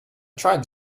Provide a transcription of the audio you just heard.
tried